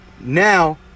Now